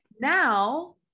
Now